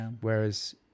whereas